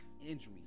injuries